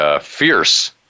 fierce